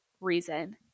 reason